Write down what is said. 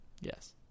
Yes